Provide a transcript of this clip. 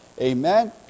Amen